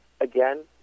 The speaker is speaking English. again